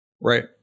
Right